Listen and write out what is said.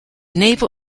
naval